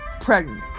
pregnant